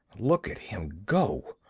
look at him go!